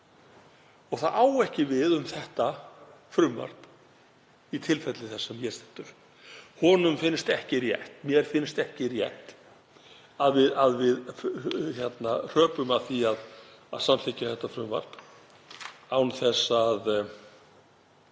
og það á ekki við um þetta frumvarp í tilfelli þess sem hér stendur. Mér finnst ekki rétt að við hröpum að því að samþykkja þetta frumvarp án þess að